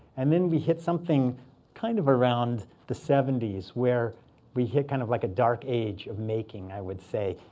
and then we hit something kind of around the seventy s where we hit kind of like a dark age of making, i would say.